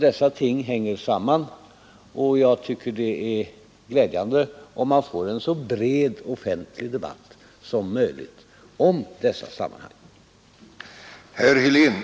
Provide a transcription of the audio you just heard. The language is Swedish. Dessa ting hänger alltså samman, och jag tycker att det är glädjande om man får en så bred offentlig debatt som möjligt om de här frågorna.